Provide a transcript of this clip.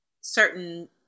certain